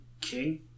King